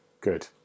good